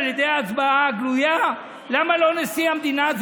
על ידי ההצבעה הגלויה, למה לא נשיא המדינה?